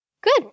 Good